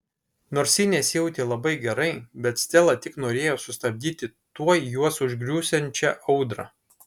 nors ji nesijautė labai gerai bet stela tik norėjo sustabdyti tuoj juos užgriūsiančią audrą